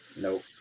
nope